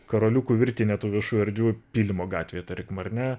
karoliukų virtinę tų viešų erdvių pylimo gatvėje tarkim ar ne